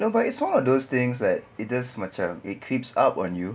no but it's one of those things that it just macam it creeps up on you